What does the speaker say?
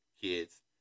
kids